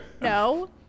No